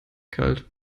kalt